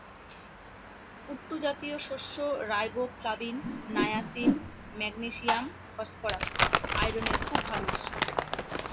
কুট্টু জাতীয় শস্য riboflavin, niacin, magnesium, phosphorus, আয়রনের খুব ভাল উৎস